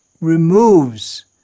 removes